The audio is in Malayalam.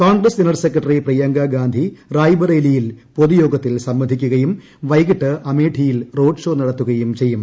കോൺഗ്രസ്സ് ജനറൽ സെക്രട്ടറി പ്രിയങ്കാഗാന്ധി റായ്ബറേലി യിൽ പൊതുയോഗത്തിൽ സംബന്ധിക്കുകയും വൈകിട്ട് അമേഠിയിൽ റോഡ് ഷോ നടത്തുകയും ചെയ്യും